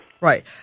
Right